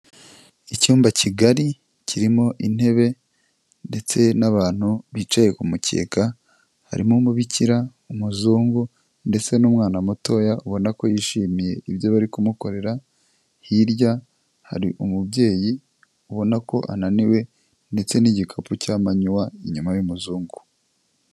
Icyumba kigari kirimo intebe ndetse n'abantu bicaye ku mukeka, harimo umubikira, umuzungu ndetse n'umwana mutoya ubona ko yishimiye ibyo bari kumukorera, hirya hari umubyeyi ubona ko ananiwe ndetse n'igikapu cya manwa inyuma y'umuzungu.